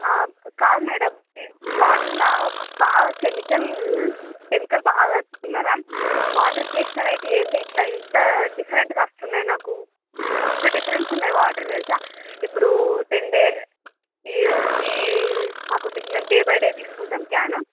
ఆ కాదు మేడం ఈ వాటర్లో బాగా కెమికల్ కెమికల్ బాగా వేస్తున్నారా వాటర్ టేస్ట్ అనేది ఏంది ఇట్ల ఇంత డిఫరెంట్గా వస్తున్నాయి నాకు మస్తు డిఫరెన్స్ ఉన్నాయి తెలుసా ఇప్పుడు టెన్ డే ఈ మాకు మేము డే బై డే తీసుకుంటాం క్యాన్